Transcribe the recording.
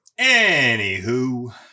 Anywho